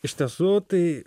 iš tiesų tai